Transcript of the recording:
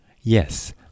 Yes